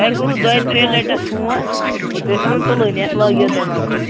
تۄہہِ کوٚروٕ دۄیہِ ترٛےٚ لٹہِ فون تُہۍ ٲسوٕ نہٕ تُلانٕے اَسہِ لاگیٛاو تۅہہِ وَنُن